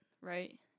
right